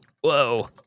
Whoa